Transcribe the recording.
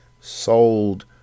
sold